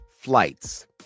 flights